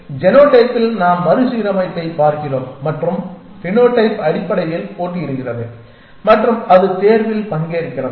எனவே ஜெனோடைப்பில் நாம் மறுசீரமைப்பைப் பார்க்கிறோம் மற்றும் பினோடைப் அடிப்படையில் போட்டியிடுகிறது மற்றும் அது தேர்வில் பங்கேற்கிறது